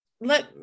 let